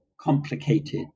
complicated